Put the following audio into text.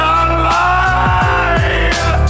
alive